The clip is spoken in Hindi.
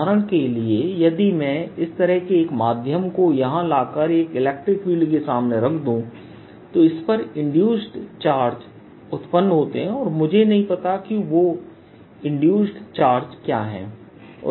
उदाहरण के लिए यदि मैं इस तरह के एक माध्यम को यहां लाकर एक इलेक्ट्रिक फील्ड के सामने रख दूं तो इस पर इंड्यूस्ड चार्ज उत्पन्न होते हैं और मुझे नहीं पता कि वे इंड्यूस्ड चार्ज क्या हैं